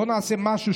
בואו נעשה משהו,